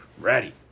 Ready